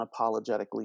unapologetically